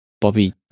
Bobby